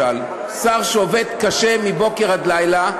שר שעובד קשה מבוקר עד לילה,